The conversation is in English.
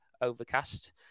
overcast